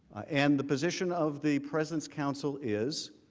and the position of the presence council is